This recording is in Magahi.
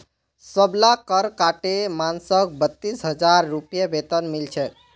सबला कर काटे मानसक बत्तीस हजार रूपए वेतन मिल छेक